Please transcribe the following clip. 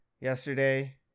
yesterday